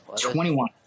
Twenty-one